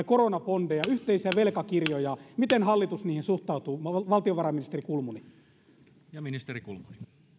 koronabondeja yhteisiä velkakirjoja niin miten hallitus niihin suhtautuu valtiovarainministeri kulmuni